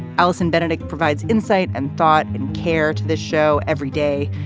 alison benedek provides insight and thought and care to the show every day,